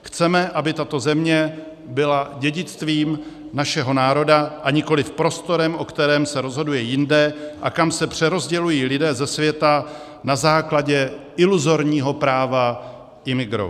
Chceme, aby tato země byla dědictvím našeho národa, a nikoliv prostorem, o kterém se rozhoduje jinde a kam se přerozdělují lidé ze světa na základě iluzorního práva imigrovat.